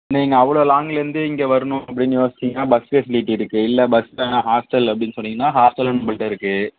நீங்கள் அவ்வளோ லாங்லேருந்து இங்கே வரணும் அப்படினு யோச்சிங்கனா பஸ் பெசிலிட்டி இருக்குது இல்லை பஸ் வேணா ஹாஸ்ட்டல் அப்படினு சொன்னீங்கனா ஹாஸ்ட்டலும் நம்பகிட்ட இருக்குது